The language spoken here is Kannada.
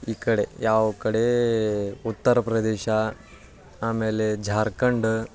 ಈ ಕಡೆ ಯಾವ ಕಡೆ ಉತ್ತರ ಪ್ರದೇಶ ಆಮೇಲೆ ಝಾರ್ಕಂಡ್